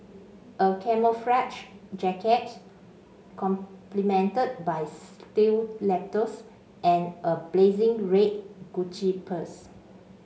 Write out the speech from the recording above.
a camouflage jacket complemented by stilettos and a blazing red Gucci purse